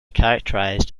characterized